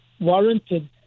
warranted